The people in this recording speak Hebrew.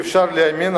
אי-אפשר להאמין,